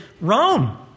Rome